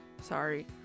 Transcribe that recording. Sorry